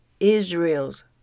Israel's